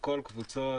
לכל קבוצות